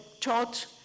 taught